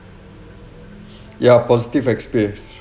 ya positive experience